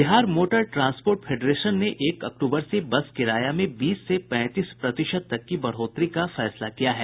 Bihar motor transport federation ने एक अक्टूबर से बस किराया में बीस से पैंतीस प्रतिशत तक की बढ़ोतरी का फैसला किया है